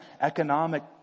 economic